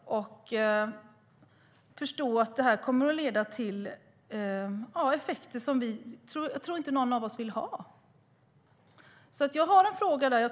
Vi behöver förstå att det kommer att leda till effekter som jag inte tror att någon av oss vill ha. Jag har en fråga.